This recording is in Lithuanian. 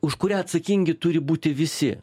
už kurią atsakingi turi būti visi